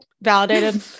Validated